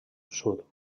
sud